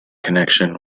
connection